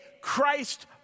Christ